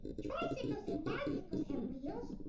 tricycles and bicycles have wheels.